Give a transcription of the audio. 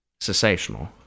Sensational